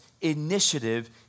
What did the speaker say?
initiative